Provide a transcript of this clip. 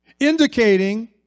indicating